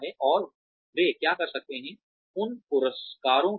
और वे क्या कर सकते हैं उन पुरस्कारों के साथ